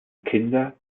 kinder